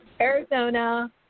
Arizona